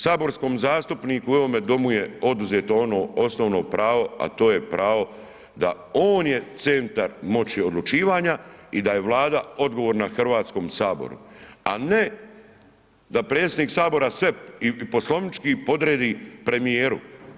Saborskom zastupniku u ovome domu je oduzeto ono osnovno pravo, a to je pravo da on je centar moći odlučivanja i da je Vlada odgovorna Hrvatskom saboru, a ne da predsjednik sabora sve i poslovnički podredi premijeru.